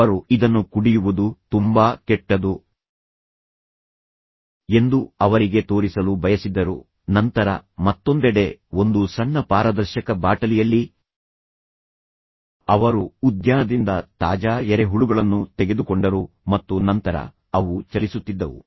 ಅವರು ಇದನ್ನು ಕುಡಿಯುವುದು ತುಂಬಾ ಕೆಟ್ಟದು ಎಂದು ಅವರಿಗೆ ತೋರಿಸಲು ಬಯಸಿದ್ದರು ನಂತರ ಮತ್ತೊಂದೆಡೆ ಒಂದು ಸಣ್ಣ ಪಾರದರ್ಶಕ ಬಾಟಲಿಯಲ್ಲಿ ಅವರು ಉದ್ಯಾನದಿಂದ ತಾಜಾ ಎರೆಹುಳುಗಳನ್ನು ತೆಗೆದುಕೊಂಡರು ಮತ್ತು ನಂತರ ಅವು ಚಲಿಸುತ್ತಿದ್ದವು